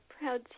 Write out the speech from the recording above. Proud